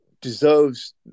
deserves